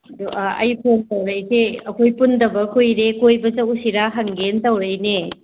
ꯑꯗꯣ ꯑꯩ ꯀꯣꯜ ꯇꯧꯔꯩꯁꯦ ꯑꯩꯈꯣꯏ ꯄꯨꯟꯗꯕ ꯀꯨꯏꯔꯦ ꯀꯣꯏꯕ ꯆꯎꯁꯤꯔꯥ ꯍꯪꯒꯦꯅ ꯇꯧꯔꯩꯅꯦ